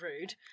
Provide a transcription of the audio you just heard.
rude